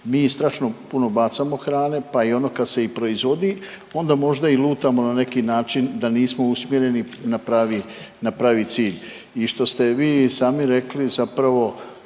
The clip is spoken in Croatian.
mi strašno puno bacamo hrane pa i ono kad se i proizvodi onda možda i lutamo na neki način da nismo usmjereni na pravi cilj i što ste vi sami rekli zapravo